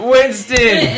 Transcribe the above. Winston